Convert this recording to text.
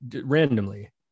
randomly